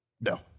No